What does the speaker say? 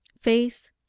Face